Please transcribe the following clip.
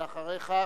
ואחריך,